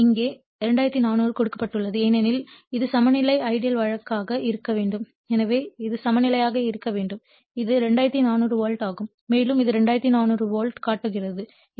E1 இங்கே 2400 கொடுக்கப்பட்டுள்ளது ஏனெனில் இது சமநிலை ஐடியல் வழக்காக இருக்க வேண்டும் எனவே இது சமநிலையாக இருக்க வேண்டும் இது 2400 வோல்ட் ஆகும் மேலும் இது 2400 வோல்ட் காட்டுகிறது